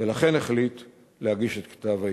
ולכן החליט להגיש את כתב-האישום.